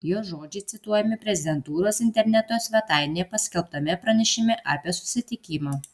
jos žodžiai cituojami prezidentūros interneto svetainėje paskelbtame pranešime apie susitikimą